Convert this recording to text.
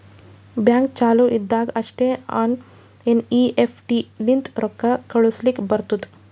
bank ಚಾಲು ಇದ್ದಾಗ್ ಅಷ್ಟೇ ಎನ್.ಈ.ಎಫ್.ಟಿ ಲಿಂತ ರೊಕ್ಕಾ ಕಳುಸ್ಲಾಕ್ ಬರ್ತುದ್